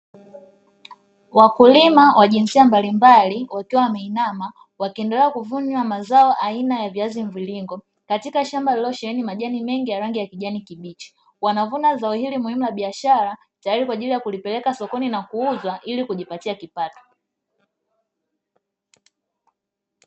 Wakulima wa jinsia mbalimbali wakiwa wameinama, wakiendelea kuvuna mazao aina ya viazi mviringo, katika shamba lililosheheni majani mengi ya rangi ya kijani kibichi. Wanavuna zao hili muhimu la biashara tayari kwa ajili ya kulipeleka sokoni na kuuzwa ili kujipatia kipato.